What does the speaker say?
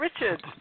Richard